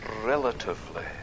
relatively